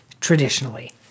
traditionally